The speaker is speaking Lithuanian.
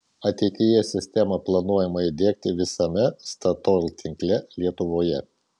ateityje sistemą planuojama įdiegti visame statoil tinkle lietuvoje